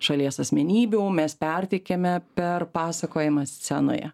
šalies asmenybių mes perteikiame perpasakojimą scenoje